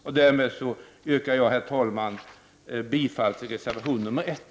Med detta. herr talman, yrkar jag bifall till reservation 1.